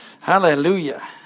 Hallelujah